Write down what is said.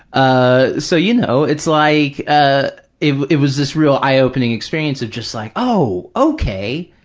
ah so, you know, it's like, ah it it was this real eye-opening experience of just like, oh, okay,